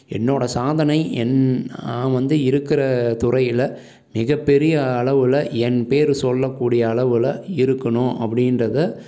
என்னோடய சாதனை என் நான் வந்து இருக்கிற துறையில் மிகப்பெரிய அளவில் என் பெயர் சொல்லக்கூடிய அளவில் இருக்கணும் அப்படின்றத